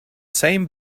same